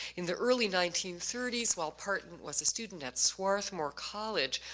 in the early nineteen thirty s while parton was a student at swarthmore college